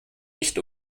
nicht